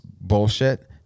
bullshit